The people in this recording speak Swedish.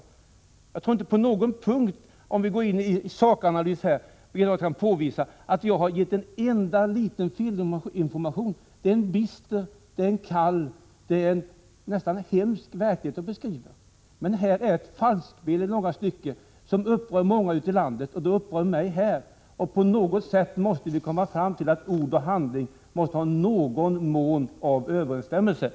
Om man går in på en sakanalys tror jag inte att Birgitta Dahl på någon enda liten punkt kan påvisa att jag har gett fel information, utan det är en bister, kall och nästan hemsk verklighet att beskriva. Här finns ett falskspel i långa stycken som upprör många ute i landet och som upprör mig. På något sätt måste vi komma fram till att ord och handling i någon mån överensstämmer.